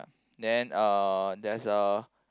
then uh there's a